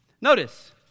Notice